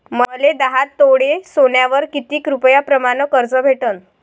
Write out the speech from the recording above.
मले दहा तोळे सोन्यावर कितीक रुपया प्रमाण कर्ज भेटन?